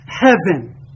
Heaven